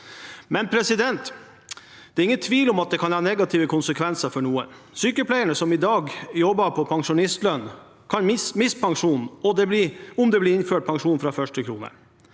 denne saken. Men det er ingen tvil om at det kan ha negative konsekvenser for noen. Sykepleiere som i dag jobber på pensjonistlønn, kan miste pensjonen om det blir innført pensjon fra første krone.